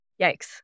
yikes